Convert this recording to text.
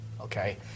okay